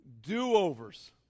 Do-overs